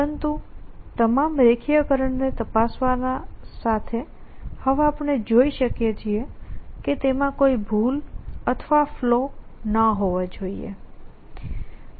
પરંતુ તમામ રેખીયીકરણને તપાસવા ના સાથે હવે આપણે જોઈએ છીએ કે તેમાં કોઈ ભૂલ અથવા ફલૉ ન હોવા જોઈએ